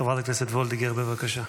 חברת הכנסת וולדיגר, בבקשה.